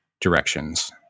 directions